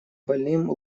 больным